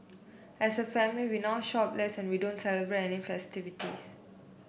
as a family we now shop less and we don't celebrate any festivities